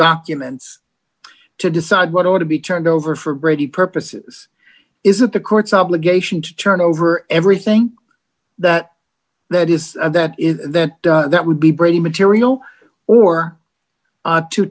documents to decide what ought to be turned over for brady purposes is it the court's obligation to turn over everything that that is and that is that that would be brady material or